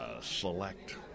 select